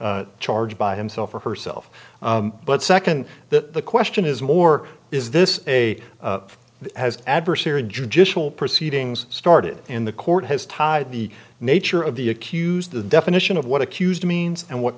charge by himself or herself but second that the question is more is this a of the adversary in judicial proceedings started in the court has tied the nature of the accused the definition of what accused means and what